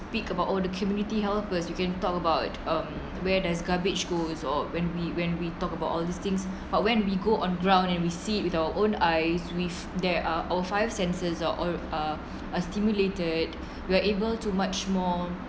pick about all the community helpers you can talk about uh where does garbage goes or when we when we talk about all these things but when we go on ground and we see with our own eyes with there are our five senses or uh are stimulated we are able to much more